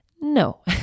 No